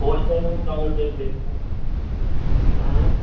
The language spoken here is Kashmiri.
پوش کانیٚن ہِنٛز کانٛگٕر کٔہۍ پیٚیہِ اَسہِ پوش